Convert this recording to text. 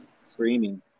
streaming